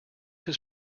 his